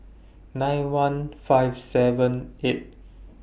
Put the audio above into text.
nine one five seven eight